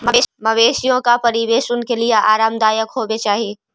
मवेशियों का परिवेश उनके लिए आरामदायक होवे चाही